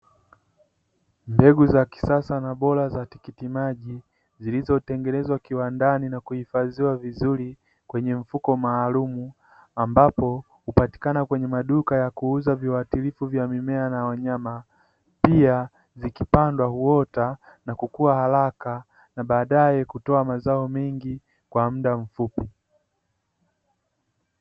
Mbegu za kisasa na bora za tikiti maji, zilizotengenezwa kiwandani na kuhifadhiwa vizuri, kwenye mfuko maalumu ambapo hupatikana kwenye maduka ya kuuza viwatilifu vya mimea na wanyama, pia zikipandwa huota na kukua haraka na baadae kutoa mazao mengi kwa muda mfupi.